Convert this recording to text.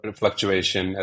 fluctuation